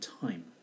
time